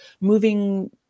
moving